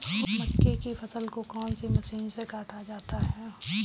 मक्के की फसल को कौन सी मशीन से काटा जाता है?